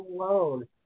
alone